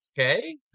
okay